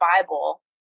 Bible